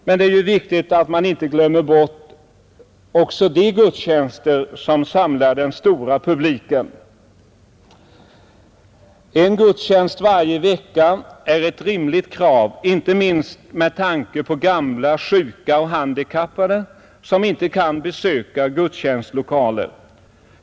Men det är också viktigt att inte glömma bort de gudstjänster som samlar den stora publiken. En gudstjänst varje vecka är ett rimligt krav, inte minst med tanke på gamla, sjuka och handikappade, som inte kan besöka gudstjänstlokaler.